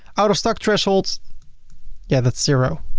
out of stock thresholds yeah that's zero.